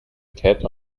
cat